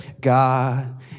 God